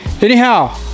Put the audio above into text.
Anyhow